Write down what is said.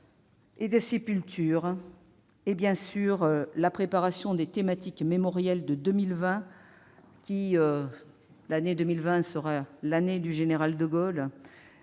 et des sépultures, sur la préparation des thématiques mémorielles de 2020, qui sera l'année du général de Gaulle,